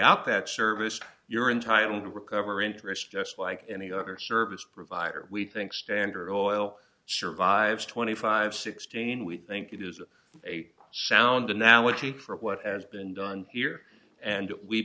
out that service you're entitle to recover interest just like any other service provider we think standard oil survives twenty five sixteen we think it is a sound analogy for what has been done here and we